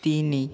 ତିନି